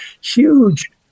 huge